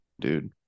dude